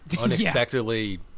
unexpectedly